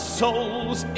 souls